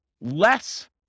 less